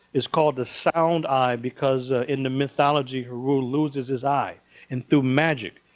it's called the sound eye because, in the mythology, heru loses his eye and, through magic,